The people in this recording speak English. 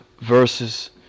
verses